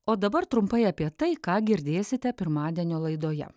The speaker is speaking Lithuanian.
o dabar trumpai apie tai ką girdėsite pirmadienio laidoje